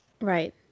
right